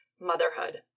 motherhood